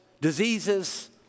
diseases